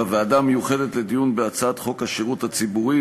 בוועדה המיוחדת לדיון בהצעת חוק השידור הציבורי,